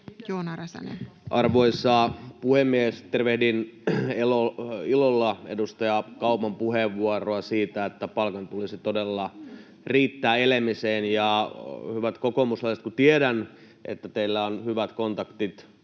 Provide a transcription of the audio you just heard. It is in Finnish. Arvoisa puhemies! Tervehdin ilolla edustaja Kauman puheenvuoroa siitä, että palkan tulisi todella riittää elämiseen. Hyvät kokoomuslaiset, kun tiedän, että teillä on hyvät kontaktit